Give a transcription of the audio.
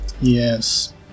Yes